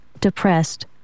Depressed